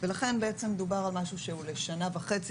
ולכן דובר על משהו שהוא לשנה וחצי,